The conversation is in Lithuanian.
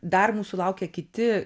dar mūsų laukia kiti